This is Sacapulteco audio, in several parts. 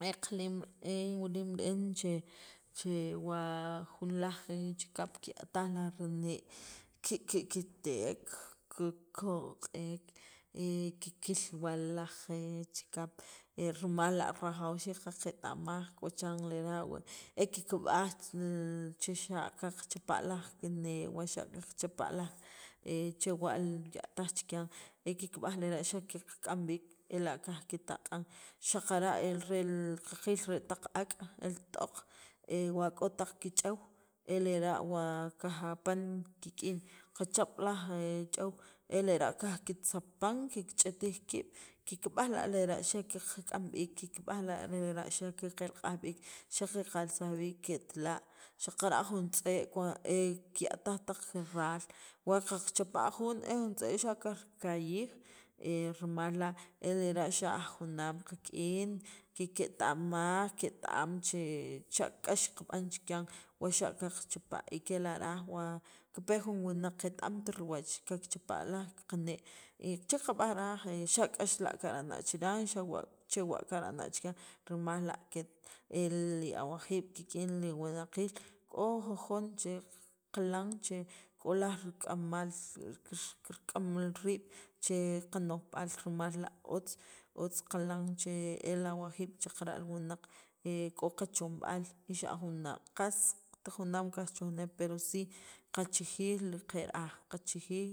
e qilim, e in wilim re'en che che wa jun laj chikap kiya'taj laj rinee' kiki'kitek, ki koq'ek, he kikil wa he laj chikap rimal rajawxiik qaqeta'maj k'o chiran lera e kikb'aj che xa' qaqchapa' laj kinee' wa xa' qachapa' laj chewa' kiya'taj chikyan e kikb'aj lera' xa' qak'am b'iik ela' qajkitaq'an. Xaqara' e rel qil re taq ak', el t'oq he wa k'o taq ki ch'ew e lera' wa kajapan kik'in wa kachap jun laj ch'ew, e lera' kajkitzapan, kikch'itij kiib kikb'aj la' lera' xa' qak'am b'iik, kikb'aj la' lera xa' qelq'aj b'iik, kikb'aj la' lera' xa' qaqelsaj b'iik ketla'. Xaqara' kela' jun tz'e' wa kiya'taj taq raal wa kaqchapa' jun e jun tz'e' xa' kajriqayij he rimal la' e lera' xa' aj junaam kik'in kiketa'maj, ket- am che xa' k'ax kab'an chikyan wa xa' qaqchapa', y kela' ra'aj wa kipe jun wunaq qet- amt riwach kakchapa' laj qanee' y che qab'aj ra'aj, e xa' k'ax la' kirb'ana' chikyan, xa' wa chewa' kirbana' chikyan rimal la' ket e li awajiib' kik'in li wunaqiil k'o jujon qakilan che k'o laj rik'amal kirk'am wii' riib' che qano'jb'al rimal la' otz otz qilan che el awajiib' xaqara' li wunaq he k'o qachomb'al xa' aj junaam qast junaam qajchomnek pero si qachijij li ker aj qachijij,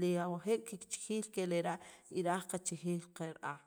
li awajiib' kikchijiij li ke lera' y ra'aj qachijij li qer aj.